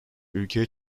ülkeye